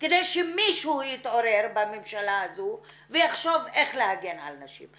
כדי שמישהו יתעורר בממשלה הזו ויחשוב איך להגן על נשים.